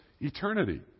eternity